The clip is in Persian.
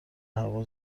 هوا